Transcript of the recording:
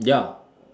ya